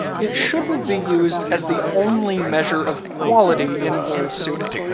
it shouldn't be used as the only measure of quality in wool suiting.